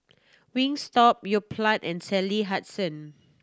Wingstop Yoplait and Sally Hansen